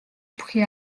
бүхий